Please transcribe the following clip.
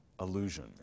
illusion